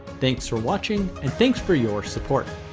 thanks for watching and thanks for your support